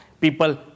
People